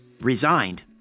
resigned